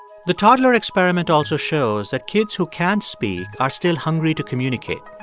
the toddler experiment also shows that kids who can't speak are still hungry to communicate.